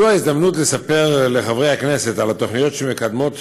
זו הזדמנות לספר לחברי הכנסת על התכניות שמקדמות